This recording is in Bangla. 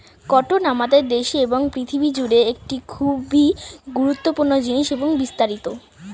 কটন আমাদের দেশে এবং পৃথিবী জুড়ে একটি খুবই গুরুত্বপূর্ণ জিনিস এবং বিস্তারিত